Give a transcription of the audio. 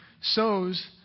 sows